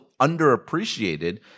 underappreciated